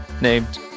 named